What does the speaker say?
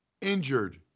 injured